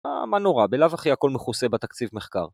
אה, מה נורא, בלאו הכי הכל מכוסה בתקציב מחקר.